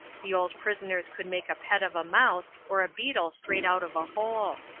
the old prisoners could make a pet of a mouse or a beetle strayed out of a hole.